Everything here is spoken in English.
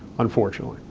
unfortunately.